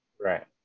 Right